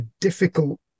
difficult